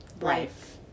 life